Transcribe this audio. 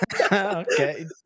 Okay